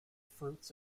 fruits